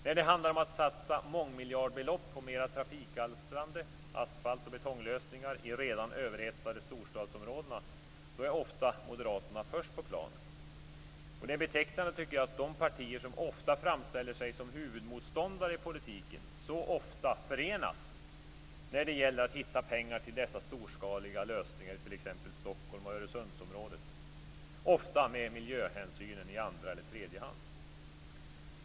När det handlar om att satsa mångmiljardbelopp på mer trafikalstrande asfalt och betonglösningar i redan överhettade storstadsområden är moderaterna ofta först på plan. Det är betecknande, tycker jag, att de partier som ofta framställer sig som huvudmotståndare i politiken så ofta förenas när det gäller att hitta pengar till dessa storskaliga lösningar, t.ex. i Stockholm och i Öresundsområdet, ofta med miljöhänsynen i andra eller tredje hand.